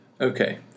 Okay